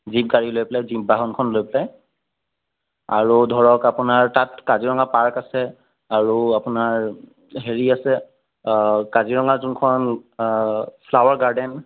jeep গাড়ী লৈ পেলাই জীপ বাহনখন লৈ পেলাই আৰু ধৰক আপোনাৰ তাত কাজিৰঙা পাৰ্ক আছে আৰু আপোনাৰ হেৰি আছে কাজিৰঙা যোনখন ফ্লাৱাৰ গাৰ্ডেন